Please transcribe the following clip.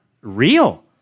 real